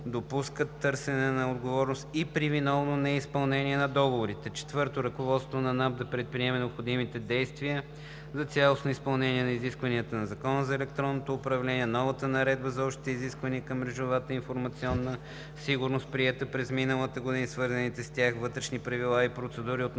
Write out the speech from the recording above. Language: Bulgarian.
допускат търсене на отговорност и при виновно неизпълнение на договорите. 4. Ръководството на Националната агенция за приходите да предприеме необходимите действия за цялостно изпълнение на изискването на Закона за електронно управление, новата Наредба за общите изисквания към мрежова и информационна сигурност, приета през миналата година, и свързаните с тях вътрешни правила и процедури относно